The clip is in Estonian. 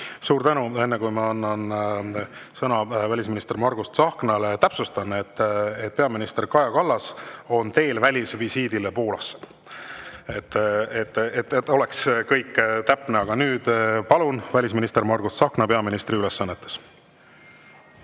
Suur tänu! Enne kui ma annan sõna välisminister Margus Tsahknale, täpsustan, et peaminister Kaja Kallas on teel välisvisiidile Poolasse – et kõik oleks täpne. Aga nüüd, palun, välisminister Margus Tsahkna peaministri ülesannetes!